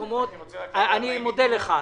הוא יצא